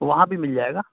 وہاں بھی مل جائے گا